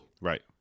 Right